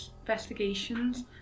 investigations